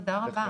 תודה רבה.